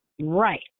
Right